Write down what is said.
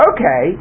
Okay